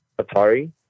Atari